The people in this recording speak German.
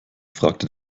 fragte